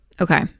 Okay